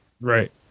Right